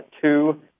Two